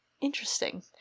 interesting